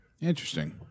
Interesting